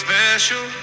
special